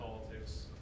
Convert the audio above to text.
politics